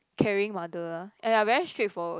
caring mother ah and I very straightforward also